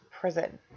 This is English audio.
Prison